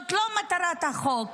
זאת לא מטרת החוק.